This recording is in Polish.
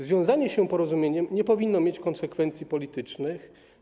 Związanie się porozumieniem nie powinno mieć konsekwencji politycznych.